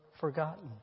forgotten